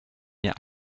mir